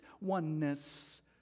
oneness